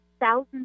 thousands